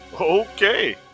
Okay